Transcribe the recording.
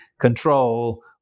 control